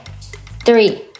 Three